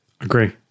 Agree